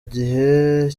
gihe